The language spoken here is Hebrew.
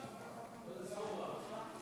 בסם אללה א-רחמאן